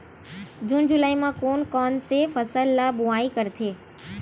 जून जुलाई म कोन कौन से फसल ल बोआई करथे?